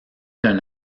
d’un